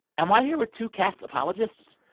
am i here with two cats apologists?